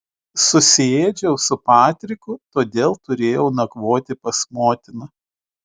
susiėdžiau su patriku todėl turėjau nakvoti pas motiną